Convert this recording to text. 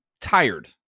tired